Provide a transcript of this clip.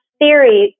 theory